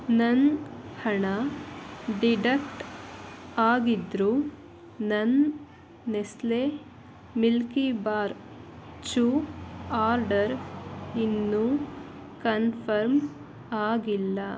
ನನ್ನ ಹಣ ಡಿಡಕ್ಟ್ ಆಗಿದ್ದರೂ ನನ್ನ ನೆಸ್ಲೆ ಮಿಲ್ಕೀಬಾರ್ ಚೂ ಆರ್ಡರ್ ಇನ್ನೂ ಕನ್ಫರ್ಮ್ ಆಗಿಲ್ಲ